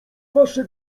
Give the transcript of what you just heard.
wasze